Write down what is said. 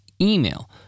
email